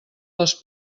les